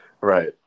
Right